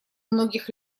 многих